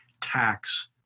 tax